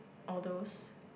all those